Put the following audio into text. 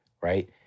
right